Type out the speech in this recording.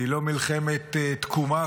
היא לא מלחמת תקומה,